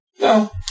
No